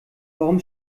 warum